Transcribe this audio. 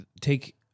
take